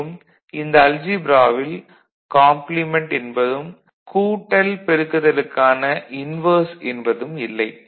மேலும் இந்த அல்ஜீப்ராவில் காம்ப்ளிமென்ட் என்பதும் கூட்டல் பெருக்குதலுக்கான இன்வெர்ஸ் என்பதும் இல்லை